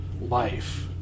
life